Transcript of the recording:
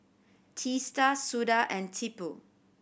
Teesta Suda and Tipu